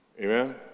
Amen